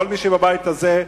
כל מי שבבית הזה,